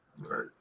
Right